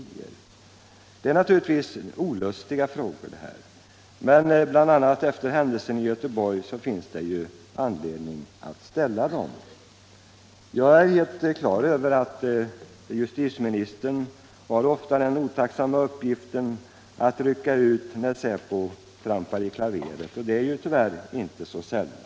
Detta är naturligtvis olustiga frågor, men bl.a. efter händelserna i Göteborg finns det anledning att ställa dem. Jag är fullt på det klara med att justitieministern ofta har den otacksamma uppgiften att rycka ut när säpo trampar i klaveret — vilket ju tyvärr sker inte så sällan.